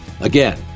Again